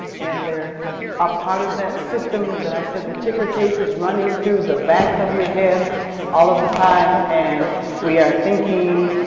and they're a part of that system that i said the ticker tape is running through the back of your head all of the time and we are thinking,